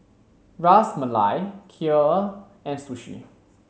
Ras Malai Kheer and Sushi